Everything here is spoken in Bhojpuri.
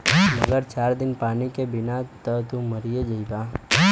मगर चार दिन पानी के बिना त तू मरिए जइबा